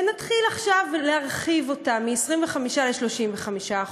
ונתחיל עכשיו להרחיב אותה מ-25% ל-35%,